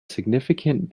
significant